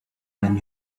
than